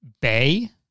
Bay